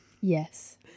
Yes